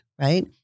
right